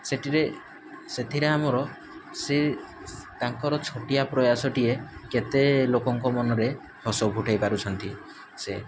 ସେଥିରେ ସେଥିରେ ଆମର ସେ ତାଙ୍କର ଛୋଟିଆ ପ୍ରୟାସଟିଏ କେତେ ଲୋକଙ୍କ ମନରେ ହସ ଫୁଟାଇ ପାରୁଛନ୍ତି ସେ